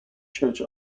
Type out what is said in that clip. church